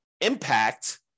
impact